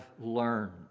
learned